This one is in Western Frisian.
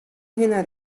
hinne